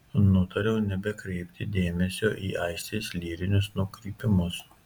nutariau nebekreipti dėmesio į aistės lyrinius nukrypimus